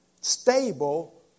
stable